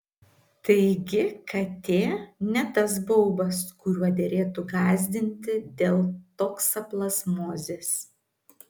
taigi katė ne tas baubas kuriuo derėtų gąsdinti dėl toksoplazmozės